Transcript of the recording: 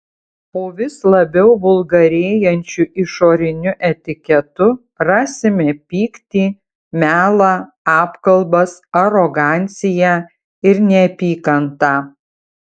po vis labiau vulgarėjančiu išoriniu etiketu rasime pyktį melą apkalbas aroganciją ir neapykantą